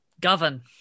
govern